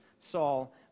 Saul